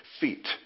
feet